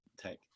take